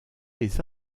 les